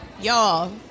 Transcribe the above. Y'all